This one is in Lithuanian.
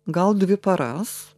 gal dvi paras